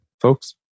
folks